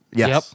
yes